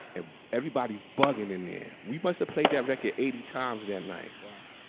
and everybody bugging in the air. we must play that record eighty times that night wow.